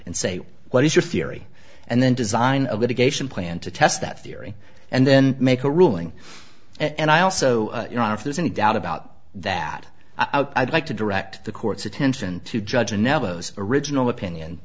and say what is your theory and then design a litigation plan to test that theory and then make a ruling and i also you know if there's any doubt about that i'd like to direct the court's attention to judge and now those original